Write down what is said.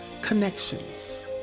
connections